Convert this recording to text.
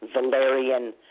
valerian